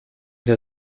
der